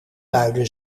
luide